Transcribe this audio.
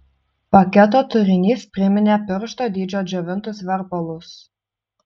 paketo turinys priminė piršto dydžio džiovintus verpalus